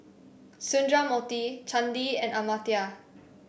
Sundramoorthy Chandi and Amartya